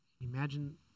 Imagine